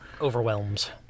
Overwhelms